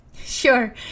Sure